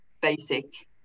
basic